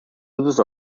uses